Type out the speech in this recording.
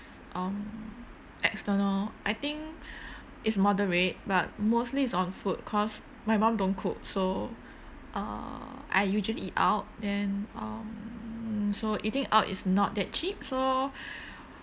um external I think is moderate but mostly is on food cause my mom don't cook so err I usually eat out then um so eating out is not that cheap so